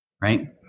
right